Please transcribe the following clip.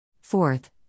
Fourth